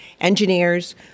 Engineers